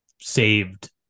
saved